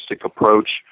approach